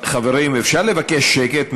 אפשר לבקש שקט?